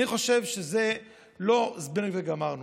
אני חושב שזה לא זבנג וגמרנו.